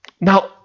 Now